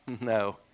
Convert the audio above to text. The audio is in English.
No